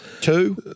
Two